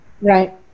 Right